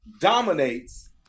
dominates